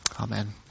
Amen